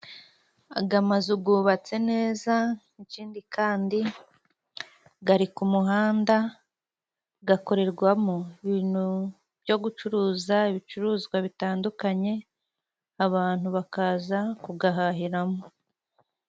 Aga mazu gubatse neza, ikindi kandi gari ku umuhanda, gakorerwamo ibintu byo gucuruza ibicuruzwa bitandukanye. Abantu bakaza kugahahiramo.